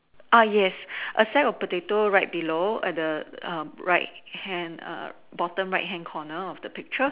ah yes a sack of potato right below at the um right hand err bottom right hand corner of the picture